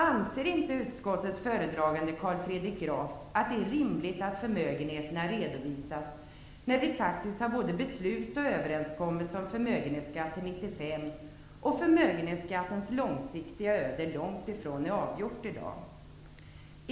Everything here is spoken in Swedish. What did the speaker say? Anser inte utskottets talesman Carl Fredrik Graf att det är rimligt att förmögenheterna redovisas, när vi faktiskt har både beslut och överenskommelse om en förmögenhetsskatt till 1995, och förmögenhetsskattens långsiktiga öde långt ifrån är avgjort i dag?